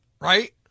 right